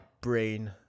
brain